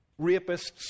Rapists